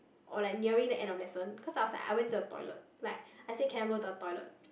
or like nearing the end of lesson cause I was like I went to the toilet like I say can I go to the toilet